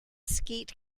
skeet